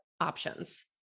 options